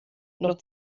noch